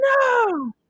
no